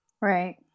Right